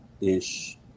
ish